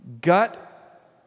gut